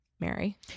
Mary